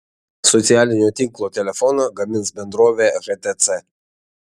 socialinio tinklo telefoną gamins bendrovė htc